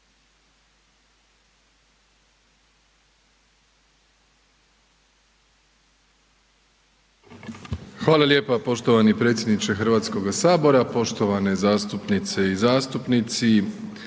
Hvala lijepo poštovani predsjedniče HS. Poštovane zastupnice i zastupnici,